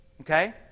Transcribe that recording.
Okay